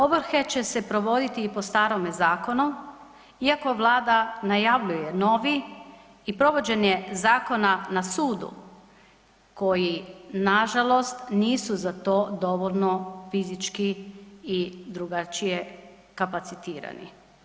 Ovrhe će se provoditi i po starome Zakonu, iako Vlada najavljuje novi i provođenje Zakona na sudu koji nažalost nisu za to dovoljno fizički i drugačije kapacitirani.